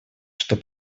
что